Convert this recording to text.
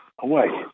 away